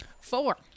Four